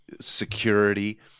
security